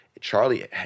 Charlie